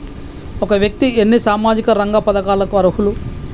ఒక వ్యక్తి ఎన్ని సామాజిక రంగ పథకాలకు అర్హులు?